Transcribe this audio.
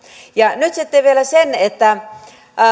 ja sitten vielä se